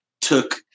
took